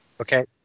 Okay